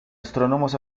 astrónomos